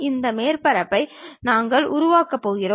இந்த மேற்பரப்புகளை நாங்கள் உருவாக்கப் போகிறோம்